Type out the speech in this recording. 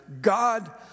God